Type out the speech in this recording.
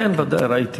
כן, ודאי, ראיתי.